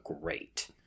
great